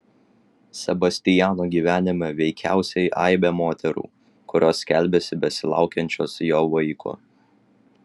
sebastiano gyvenime veikiausiai aibė moterų kurios skelbiasi besilaukiančios jo vaiko